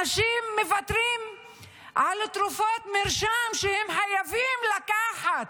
אנשים מוותרים על תרופות מרשם שהם חייבים לקחת.